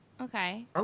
Okay